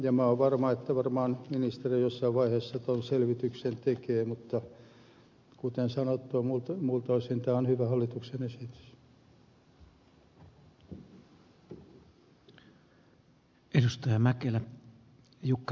olen varma että ministeriö varmaan jossain vaiheessa tuon selvityksen tekee mutta kuten sanottua muilta osin tämä on hyvä hallituksen esitys